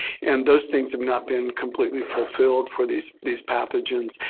and those things have not been completely fulfilled for these these pathogens.